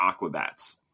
Aquabats